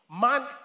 man